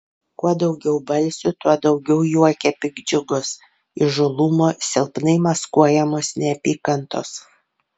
kuo daugiau balsių tuo daugiau juoke piktdžiugos įžūlumo silpnai maskuojamos neapykantos